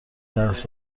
درس